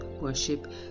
worship